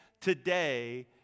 today